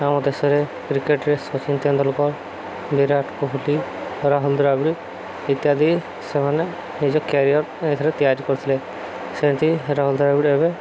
ଆମ ଦେଶରେ କ୍ରିକେଟର ସଚିନ ତେନ୍ଦୁଲକର ବିରାଟ କୋହଲି ରାହୁଲ ଦ୍ରାବଡ଼ି ଇତ୍ୟାଦି ସେମାନେ ନିଜ କ୍ୟାରିୟର ଏଥିରେ ତିଆରି କରିଥିଲେ ସେମିତି ରାହୁଲ ଦ୍ରବିଡ଼ି ଏବେ